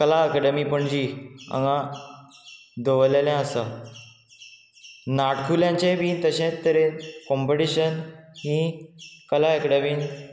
कला अकेडमी पणजी हांगा दवरलेलें आसा नाटकुल्यांचेंय बी तशेंत तरेन कॉम्पिटिशन ही कला अकेडमीन